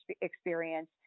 experience